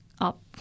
up